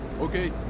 Okay